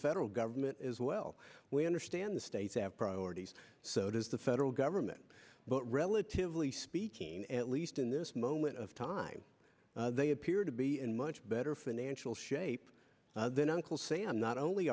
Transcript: federal government as well we understand the states have priorities so does the federal government but relatively speaking at least in this moment of time they appear to be in much better financial shape than uncle sam not only